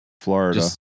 Florida